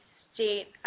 state